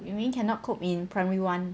you mean cannot cope in primary one